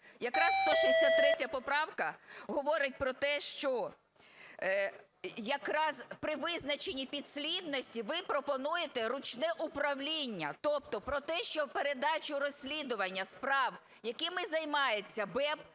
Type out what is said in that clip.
Якраз 163 поправка говорить про те, що якраз при визначенні підслідності ви пропонуєте ручне управління. Тобто про те, що передачу розслідування справ, якими займається БЕБ,